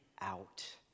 out